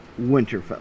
Winterfell